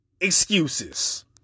excuses